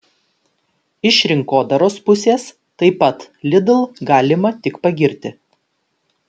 iš rinkodaros pusės taip pat lidl galima tik pagirti